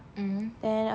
mmhmm